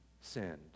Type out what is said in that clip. sinned